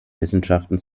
wissenschaften